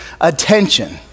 attention